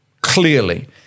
clearly